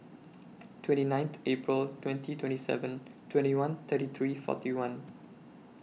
twenty ninth April twenty twenty seven twenty one thirty three forty one